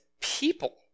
people